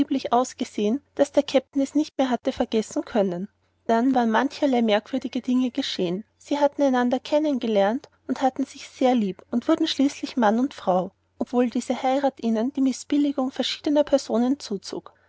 ausgesehen daß der kapitän es nicht mehr hatte vergessen können dann waren mancherlei merkwürdige dinge geschehen sie hatten einander kennen gelernt und hatten sich sehr lieb und wurden schließlich mann und frau obwohl diese heirat ihnen die mißbilligung verschiedener personen zuzog